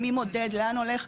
מי מודד ולאן הולך,